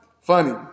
funny